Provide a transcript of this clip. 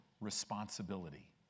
responsibility